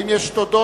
האם יש תודות?